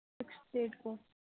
six date کو